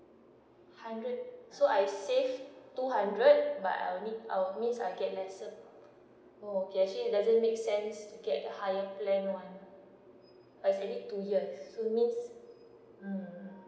hundred so I save two hundred but our need our needs will get lesser okay actually doesn't make sense to get the higher plan one as I need two years so means mm